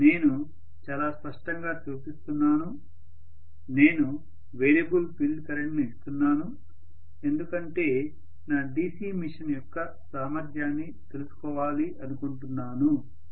నేను చాలా స్పష్టంగా చూపిస్తున్నాను నేను వేరియబుల్ ఫీల్డ్ కరెంట్ను ఇస్తున్నాను ఎందుకంటే నా DC మెషీన్ యొక్క సామర్థ్యాన్ని తెలుసుకోవాలనుకుంటున్నాను